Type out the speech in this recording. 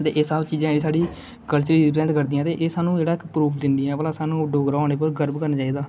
दे एह् सब चीजां साढ़े कल्चर गी रिप्रजेन्ट करदियां ते एह् स्हानू जेहड़ा इक प्रूफ दिंदियां भला स्हानू डोगरा होने दा गर्व करना चाहिदा